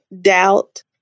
doubt